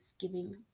giving